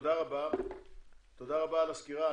תודה רבה על הסקירה.